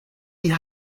die